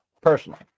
personally